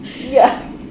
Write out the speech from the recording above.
Yes